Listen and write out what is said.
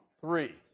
three